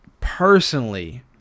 personally